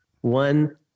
one